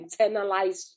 internalized